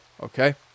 Okay